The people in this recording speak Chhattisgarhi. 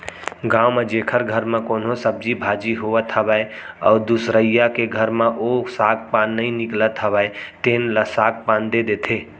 गाँव म जेखर घर म कोनो सब्जी भाजी होवत हावय अउ दुसरइया के घर म ओ साग पान नइ निकलत हावय तेन ल साग पान दे देथे